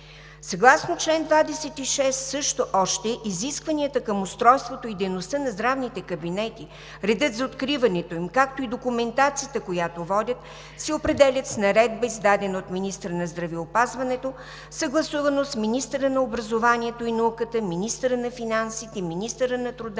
Съгласно чл. 26 изискванията към устройството и дейността на здравните кабинети, редът за откриването им, както и документацията, която водят, се определят с наредба, издадена от министъра на здравеопазването, съгласувано с министъра на образованието и науката, министъра на финансите, министъра на труда